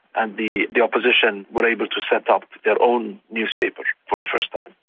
and the the opposition were able to set up their own newspaper for the first time.